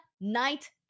night